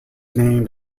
named